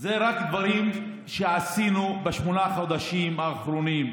אלה רק דברים שעשינו בשמונה החודשים האחרונים,